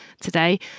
today